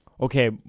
Okay